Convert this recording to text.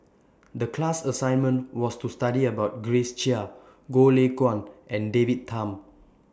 The class assignment was to study about Grace Chia Goh Lay Kuan and David Tham